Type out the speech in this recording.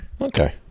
Okay